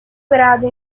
grado